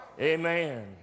Amen